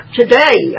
today